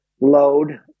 load